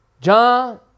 John